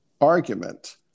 argument